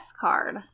card